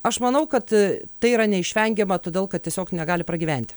aš manau kad tai yra neišvengiama todėl kad tiesiog negali pragyventi